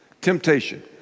Temptation